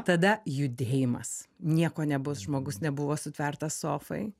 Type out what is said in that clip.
tada judėjimas nieko nebus žmogus nebuvo sutvertas sofai